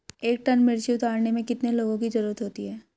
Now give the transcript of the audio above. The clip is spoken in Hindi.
एक टन मिर्ची उतारने में कितने लोगों की ज़रुरत होती है?